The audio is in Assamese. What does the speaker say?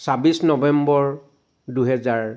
ছাব্বিছ নৱেম্বৰ দুহেজাৰ